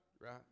Right